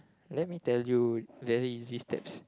let me tell you very easy steps